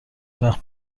وقت